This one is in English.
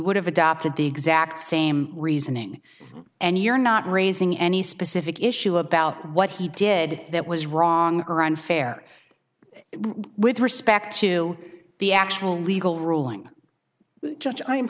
would have adopted the exact same reasoning and you're not raising any specific issue about what he did that was wrong or unfair with respect to the actual legal ruling judge i'm